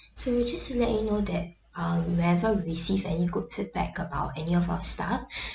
so just to let you know that um whenever we receive any good feedback about any of our staff